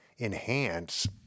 enhance